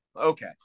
Okay